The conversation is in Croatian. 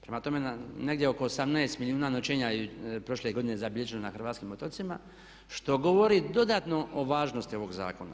Prema tome negdje oko 18 milijuna noćenja je prošle godine zabilježeno na hrvatskim otocima što govori dodatno o važnosti ovog zakona.